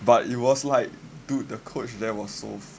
but it was like dude the coach there was so fucking